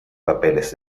papeles